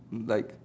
like